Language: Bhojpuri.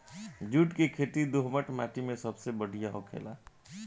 जुट के खेती दोहमट माटी मे सबसे बढ़िया होखेला